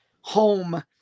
home